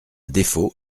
défaut